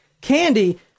Candy